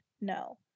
no